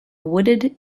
wooded